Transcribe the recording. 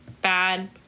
bad